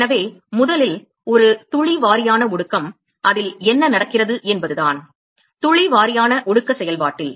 எனவே முதலில் ஒரு துளி வாரியான ஒடுக்கம் அதில் என்ன நடக்கிறது என்பதுதான் துளி வாரியான ஒடுக்க செயல்பாட்டில்